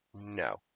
No